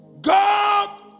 God